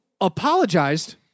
apologized